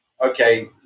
okay